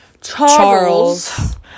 Charles